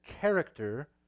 character